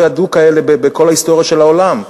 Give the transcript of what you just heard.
הרי הם מנוולים שלא ידעו כאלה בכל ההיסטוריה של העולם.